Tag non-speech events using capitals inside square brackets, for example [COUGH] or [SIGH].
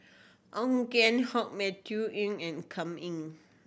Ong Keng Hong Matthew [UNINTELLIGIBLE] and Kam Ning